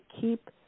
keep